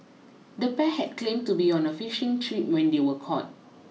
the pair had claimed to be on a fishing trip when they were caught